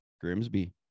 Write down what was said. Grimsby